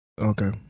Okay